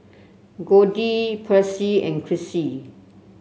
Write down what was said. Goldie Percy and Krissy